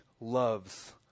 loves